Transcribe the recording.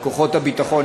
וכוחות הביטחון,